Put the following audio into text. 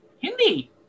Hindi